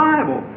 Bible